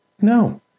no